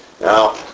Now